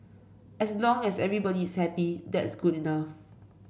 as long as everybody is happy that's good enough